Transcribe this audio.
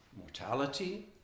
mortality